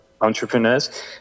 entrepreneurs